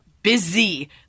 Busy